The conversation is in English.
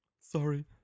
Sorry